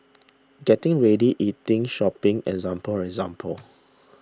getting ready eating shopping example example